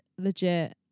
legit